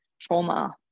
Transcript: trauma